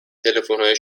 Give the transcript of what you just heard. تلفنهای